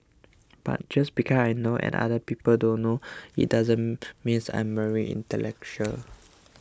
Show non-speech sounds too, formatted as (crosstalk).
but just (unintelligible) I know and other people don't know it doesn't mean I'm very intellectual